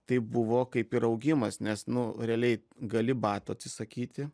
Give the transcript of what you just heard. tai buvo kaip ir augimas nes nu realiai gali batų atsisakyti